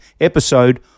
episode